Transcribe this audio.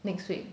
next week